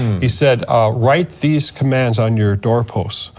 he said write these commands on your doorposts.